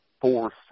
four